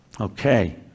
okay